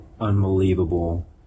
Unbelievable